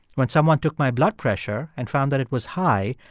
when someone took my blood pressure and found that it was high,